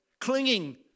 clinging